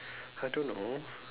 I don't know